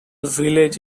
village